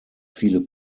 viele